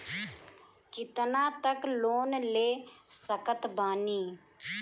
कितना तक लोन ले सकत बानी?